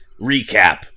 recap